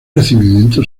recibimiento